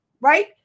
right